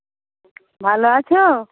ভালো আছো